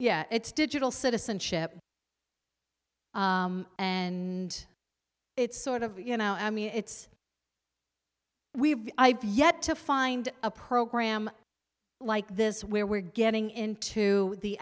yet it's digital citizenship and it's sort of you know i mean it's we've ibut yet to find a program like this where we're getting into the